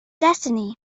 destiny